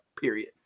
period